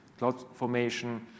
CloudFormation